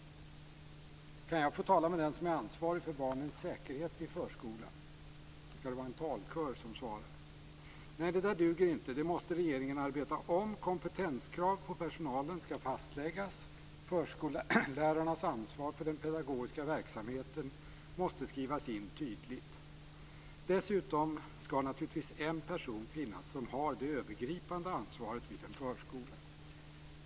Kan jag få tala med den som är ansvarig för barnens säkerhet vid förskolan? Skall det vara en talkör som svarar? Nej, detta duger inte. Det måste arbetas om av regeringen. Kompetenskrav på personal skall fastläggas, och förskollärarens ansvar för den pedagogiska verksamheten måste tydligt skrivas in. Dessutom skall det naturligtvis finnas en person som har det övergripande ansvaret vid en förskola.